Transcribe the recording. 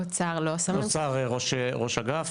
אוצר ראש אגף?